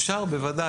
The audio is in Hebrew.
אפשר, בוודאי.